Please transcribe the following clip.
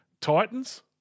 Titans